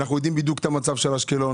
ואנחנו יודעים בדיוק מה המצב של אשקלון.